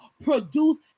produce